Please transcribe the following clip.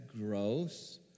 gross